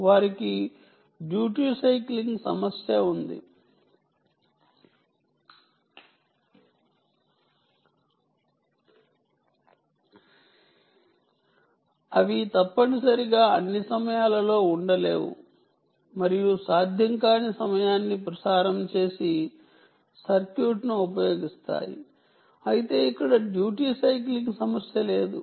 వారికి duty cycling సమస్య ఉంది అవి తప్పనిసరిగా అన్ని సమయాలలో ఉండలేవు మరియు సాధ్యం కాని సమయాన్ని ప్రసారం చేసే సర్క్యూట్ను ఉపయోగిస్తాయి అయితే ఇక్కడ డ్యూటీ సైక్లింగ్ సమస్య లేదు